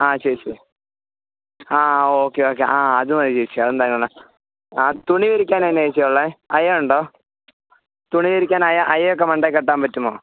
ആ ചേച്ചി ആ ഓക്കെ ഓക്കെ ആ അതുമതി ചേച്ചി അതെന്തായാലും ആ തുണി വിരിക്കാൻ എന്നാ ചേച്ചി ഉള്ളത് അയ ഉണ്ടോ തുണി വിരിക്കാൻ അയ അയ ഒക്കെ മണ്ടയിൽ കെട്ടാൻ പറ്റുമോ